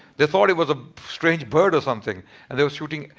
they thought it was a strange bird or something and they was shooting.